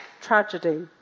tragedy